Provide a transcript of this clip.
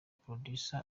producer